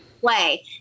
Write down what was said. play